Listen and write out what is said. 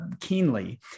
keenly